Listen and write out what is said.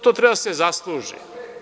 To treba da se zasluži.